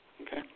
Okay